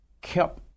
kept